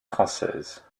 française